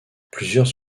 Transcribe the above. plusieurs